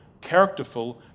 characterful